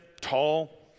tall